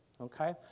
okay